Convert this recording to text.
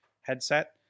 headset